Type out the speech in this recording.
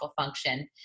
function